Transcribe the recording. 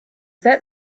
that